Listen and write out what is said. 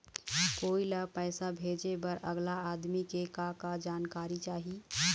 कोई ला पैसा भेजे बर अगला आदमी के का का जानकारी चाही?